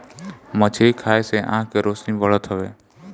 मछरी खाए से आँख के रौशनी बढ़त हवे